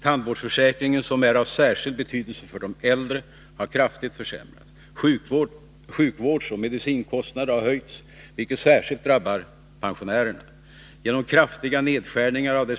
Tandvårdsförsäkringen — som är av särskild betydelse för de äldre — har kraftigt försämrats. Sjukvårdsoch medicinkostnaderna har höjts, vilket särskilt drabbar pensionärerna.